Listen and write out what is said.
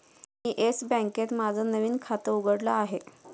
मी येस बँकेत माझं नवीन खातं उघडलं आहे